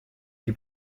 die